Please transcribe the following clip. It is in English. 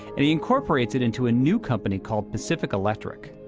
and he incorporates it into a new company called pacific electric.